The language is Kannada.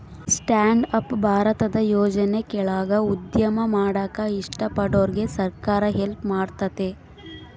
ಸ್ಟ್ಯಾಂಡ್ ಅಪ್ ಭಾರತದ ಯೋಜನೆ ಕೆಳಾಗ ಉದ್ಯಮ ಮಾಡಾಕ ಇಷ್ಟ ಪಡೋರ್ಗೆ ಸರ್ಕಾರ ಹೆಲ್ಪ್ ಮಾಡ್ತತೆ